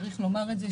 צריך לומר את זה,